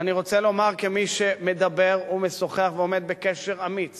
ואני רוצה לומר, כמי שמדבר ומשוחח ועומד בקשר אמיץ